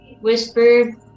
Whisper